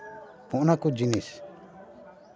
ᱱᱚᱣᱟ ᱠᱚ ᱡᱤᱱᱤᱥ